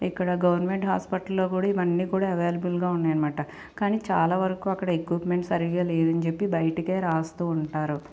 ఇక్కడ గవర్నమెంట్ హాస్పిటల్లో కూడా ఇవన్నీ కూడా అవైలబుల్గా ఉన్నాయనమాట కానీ చాలా వరకూ అక్కడ ఎక్విప్మెంట్స్ సరిగా లేదని చెప్పి బయటకే రాస్తూ ఉంటారు